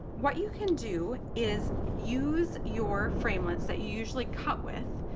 what you can do is use your framelits that you usually cut with,